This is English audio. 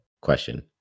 Question